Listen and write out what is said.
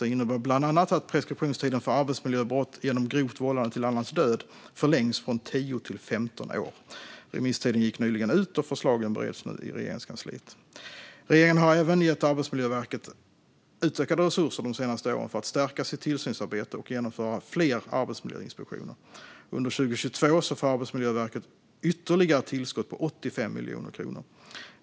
Det innebär bland annat att preskriptionstiden för arbetsmiljöbrott genom grovt vållande till annans död förlängs från 10 till 15 år. Remisstiden gick nyligen ut, och förslagen bereds nu i Regeringskansliet. Regeringen har även gett Arbetsmiljöverket utökade resurser de senaste åren för att stärka sitt tillsynsarbete och genomföra fler arbetsmiljöinspektioner. Under 2022 får Arbetsmiljöverket ytterligare tillskott på 85 miljoner kronor.